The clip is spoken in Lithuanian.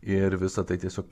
ir visa tai tiesiog